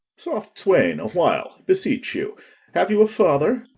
soft, swain, awhile, beseech you have you a father?